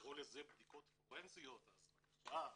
לקרוא לזה בדיקות פורנזיות, בבקשה.